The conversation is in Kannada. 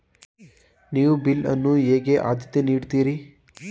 ನೀವು ಬಿಲ್ ಅನ್ನು ಹೇಗೆ ಆದ್ಯತೆ ನೀಡುತ್ತೀರಿ?